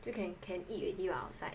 you can can can eat already [what] outside